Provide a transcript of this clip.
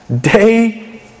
day